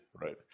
Right